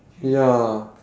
ya